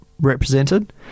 represented